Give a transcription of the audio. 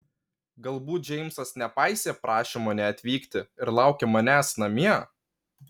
galbūt džeimsas nepaisė prašymo neatvykti ir laukia manęs namie